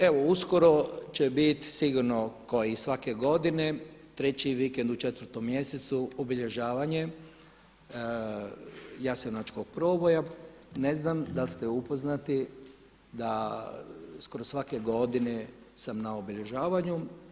Evo uskoro će biti sigurno kao i svake godine 3 vikend u 4. mjesecu obilježavanje jasenovačkog proboja, ne znam da li ste upoznati da skoro svake godine sam na obilježavanju.